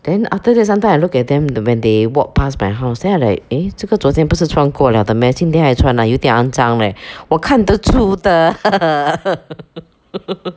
then after that sometime I look at them when they walk past my house then I like eh 这个昨天不是穿过 liao 的 meh 今天还穿 ah 有点肮脏 eh 我看得出的